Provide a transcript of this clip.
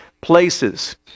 places